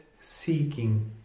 seeking